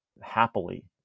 happily